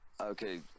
okay